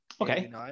Okay